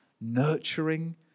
nurturing